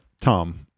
Tom